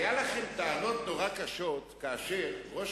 היו לכם טענות נורא קשות כאשר ראש